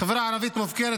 שהחברה הערבית מופקרת.